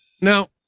now